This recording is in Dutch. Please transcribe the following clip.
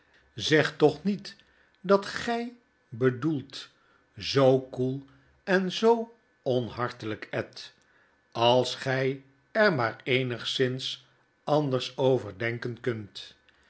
zeg toch niet dat gy bedoelt zoo koel en zoo onhartelijk ed als gy er maar eenigszins anders over denken kunt